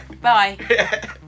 Bye